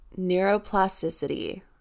Neuroplasticity